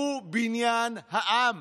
הוא בניין העם.